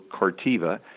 Cartiva